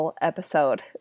Episode